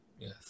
Yes